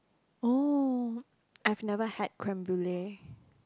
oh I've never had creme brulee